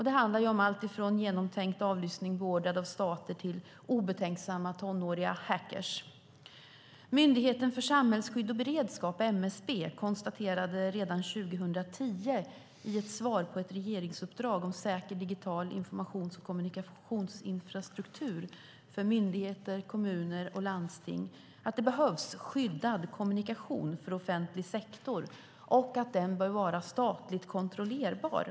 Det handlar om allt från genomtänkt avlyssning beordrad av stater till obetänksamma tonåriga hackare. Myndigheten för samhällsskydd och beredskap, MSB, konstaterade redan 2010 i ett svar på ett regeringsuppdrag om säker digital informations och kommunikationsinfrastruktur för myndigheter, kommuner och landsting att det behövs skyddad kommunikation för offentlig sektor och att den bör vara statligt kontrollerbar.